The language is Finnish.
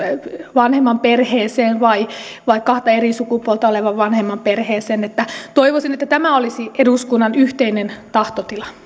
vanhemman perheeseen vai kahta eri sukupuolta olevan vanhemman perheeseen toivoisin että tämä olisi eduskunnan yhteinen tahtotila